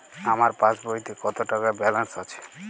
আমার পাসবইতে কত টাকা ব্যালান্স আছে?